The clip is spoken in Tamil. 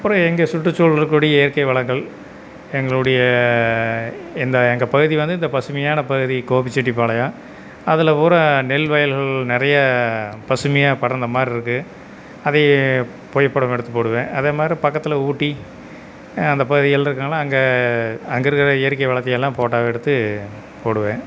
அப்பறம் எங்கள் சுற்றுச்சூழல் இருக்கக்கூடிய இயற்கை வளங்கள் எங்களுடைய இந்த எங்கள் பகுதி வந்து இந்த பசுமையான பகுதி கோபிசெட்டிப்பாளையம் அதில் பூராக நெல் வயல்கள் நிறைய பசுமையாக படர்ந்த மாதிரி இருக்கு அதை புகைப்படம் எடுத்து போடுவேன் அதேமாதிரி பக்கத்தில் ஊட்டி அந்த பகுதிகளில் இருக்கவங்கள்லாம் அங்கே அங்கே இருக்கிற இயற்கை வளத்தையெல்லாம் போட்டாவாக எடுத்து போடுவேன்